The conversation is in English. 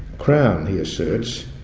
crown, he asserts,